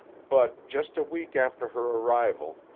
but, just a week after her arrival,